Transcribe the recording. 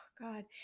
God